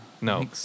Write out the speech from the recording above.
No